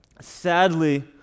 sadly